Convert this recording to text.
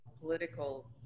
political